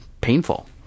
painful